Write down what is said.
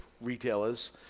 retailers